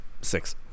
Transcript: Six